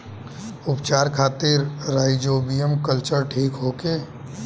उपचार खातिर rhizobium culture ठीक होखे?